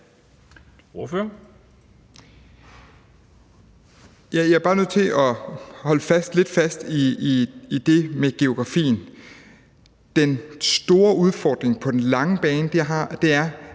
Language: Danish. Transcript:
Jeg er bare nødt til at holde lidt fast i det med geografien. Den store udfordring på den lange bane er,